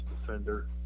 defender